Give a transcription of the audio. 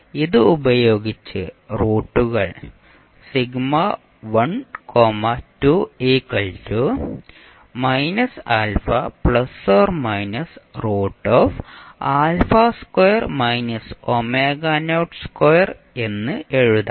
ഇത് ഉപയോഗിച്ച് റൂട്ടുകൾ എന്ന് എഴുതാം